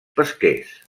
pesquers